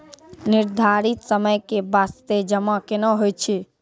निर्धारित समय के बास्ते जमा केना होय छै?